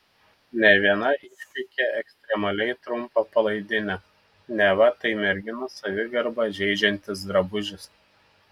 ne viena išpeikė ekstremaliai trumpą palaidinę neva tai merginų savigarbą žeidžiantis drabužis